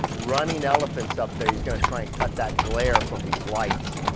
running elephants up there. he's gonna try and cut that glare from these lights.